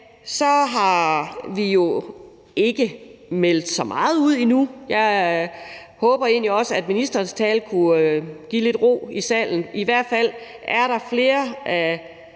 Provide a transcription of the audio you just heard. på, har vi jo ikke meldt så meget ud endnu, og jeg håber egentlig også, at ministerens tale kunne give lidt ro i salen. I hvert fald er der jo flere af